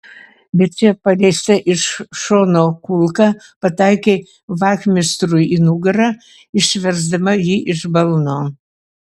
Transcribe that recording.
bet čia paleista iš šono kulka pataikė vachmistrui į nugarą išversdama jį iš balno